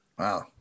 Wow